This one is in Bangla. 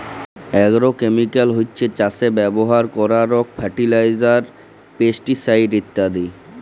আগ্রোকেমিকাল হছ্যে চাসে ব্যবহার করারক ফার্টিলাইজার, পেস্টিসাইড ইত্যাদি